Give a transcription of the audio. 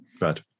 Right